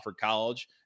College